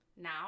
now